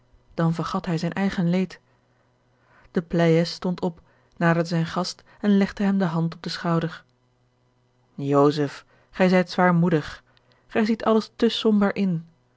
dan vergat hij zijn eigen leed de pleyes stond op naderde zijn gast en legde hem de hand op den schouder joseph gij zijt zwaarmoedig gij ziet alles te somber in